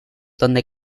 donde